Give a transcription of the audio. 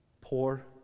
poor